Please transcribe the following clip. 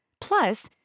Plus